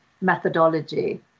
methodology